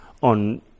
on